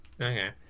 Okay